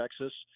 Texas